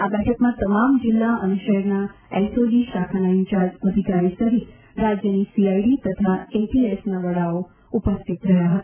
આ બેઠકમાં તમામ જીલ્લા અને શહેરના એસઓજી શાખાના ઈન્ચાર્જ અધિકારી સહિત રાજયની સીઆઈડી તથા એટીએસના વડાશ્રીઓ ઉપસ્થિત રહેલ હતા